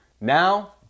Now